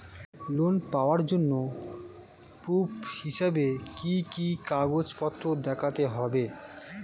Loan পাওয়ার জন্য proof হিসেবে কি কি কাগজপত্র দেখাতে হবে?